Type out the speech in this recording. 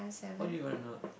why do you run a lot